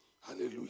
Hallelujah